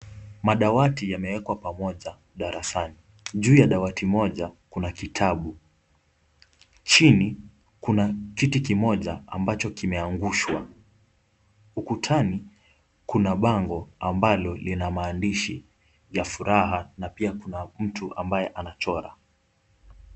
Madawati yameekwa pamoja darasani, juu ya dawati moja kuna kitabu, chini kuna kiti kimoja ambacho kimeangushwa, ukutani kuna bango ambalo lina maandishi ya furaha na pia kuna mtu ambaye anachora.